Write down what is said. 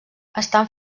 estan